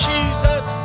Jesus